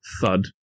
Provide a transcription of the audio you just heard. thud